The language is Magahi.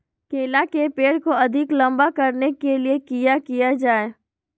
केला के पेड़ को अधिक लंबा करने के लिए किया किया जाए?